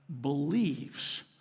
believes